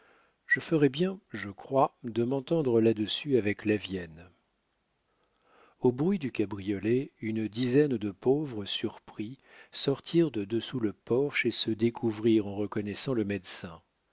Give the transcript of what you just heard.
je ferai bien je crois de m'entendre là-dessus avec lavienne au bruit du cabriolet une dizaine de pauvres surpris sortirent de dessous le porche et se découvrirent en reconnaissant le médecin